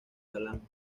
galán